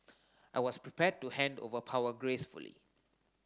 I was prepared to hand over power gracefully